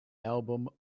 album